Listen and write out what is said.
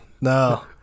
No